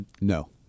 No